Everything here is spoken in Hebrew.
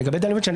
לגבי דנילוביץ',